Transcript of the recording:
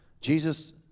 Jesus